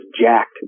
jacked